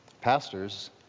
Pastors